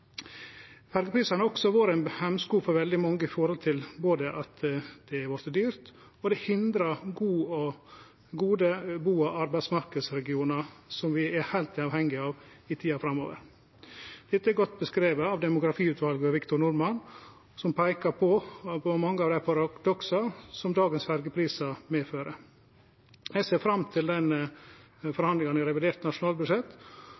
har også vore ein hemsko for veldig mange både ved at det har vorte dyrt, og at det hindrar gode bu- og arbeidsmarknadsregionar, som vi er heilt avhengige av i tida framover. Dette er godt beskrive av demografiutvalet ved Victor Norman, som peiker på mange av dei paradoksa som dagens ferjeprisar medfører. Eg ser fram til